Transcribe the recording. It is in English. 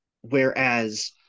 whereas